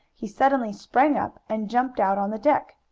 he suddenly sprang up, and jumped out on the dock.